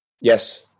yes